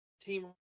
Team